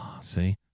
See